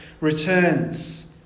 returns